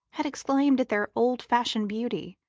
had exclaimed at their old-fashioned beauty,